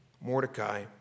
Mordecai